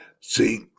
see